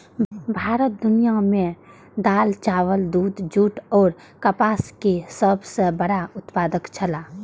भारत दुनिया में दाल, चावल, दूध, जूट और कपास के सब सॉ बड़ा उत्पादक छला